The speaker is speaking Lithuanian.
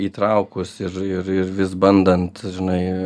įtraukus ir ir ir vis bandant žinai